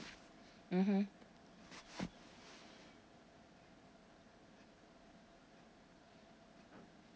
mmhmm